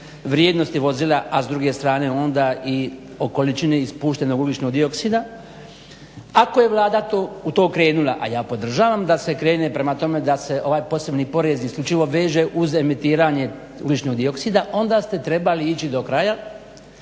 vrijednosti vozila, a s druge strane onda i o količini ispuštenog ugljičnog dioksida, ako je Vlada u to krenula a ja podržavam da se krene prema tome da se ovaj posebni porez isključivo veže uz emitiranje ugljičnog dioksida onda ste trebali ići do kraja,